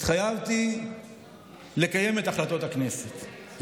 התחייבתי לקיים את החלטות הכנסת.